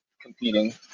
competing